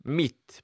mitt